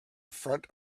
front